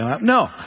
No